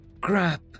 Crap